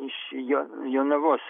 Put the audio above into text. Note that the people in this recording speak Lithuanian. iš jo jonavos